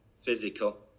physical